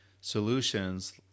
solutions